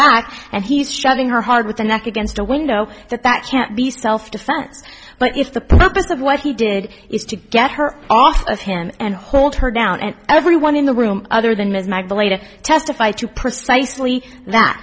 back and he's shoving her hard with the neck against a window that that can't be self defense but if the purpose of what he did is to get her off of him and hold her down and everyone in the room other than ms magdalna testify to precisely that